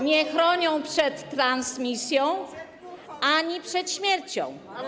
nie chronią przed transmisją ani przed śmiercią.